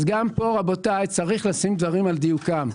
גם כאן, רבותיי, צריך לשים דברים על דיוקם.